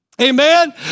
Amen